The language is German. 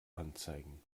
anzeigen